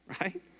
Right